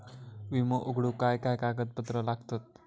विमो उघडूक काय काय कागदपत्र लागतत?